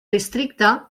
districte